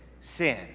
sin